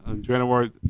January